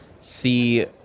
see